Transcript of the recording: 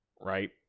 right